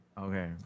Okay